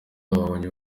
babonye